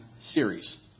series